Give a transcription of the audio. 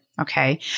Okay